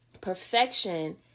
Perfection